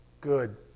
good